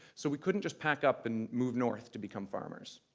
so we couldn't just pack up and move north to become farmers.